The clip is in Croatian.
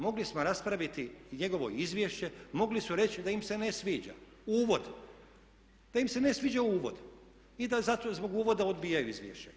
Mogli smo raspraviti i njegovo izvješće, mogli smo reći da im se ne sviđa uvod, da im se ne sviđa uvod i da zato zbog uvoda odbijaju izvješće.